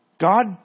God